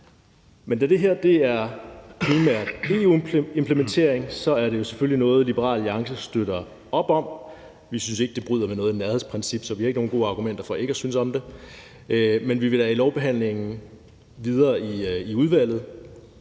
Men da det her primært er en EU-implementering, er det jo selvfølgelig også noget, som Liberal Alliance støtter op om. Vi synes ikke, at det bryder med noget nærhedsprincip, så vi har jo ikke nogen gode argumenter for ikke at synes om det. Men vi vil da i forbindelse med den videre